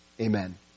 Amen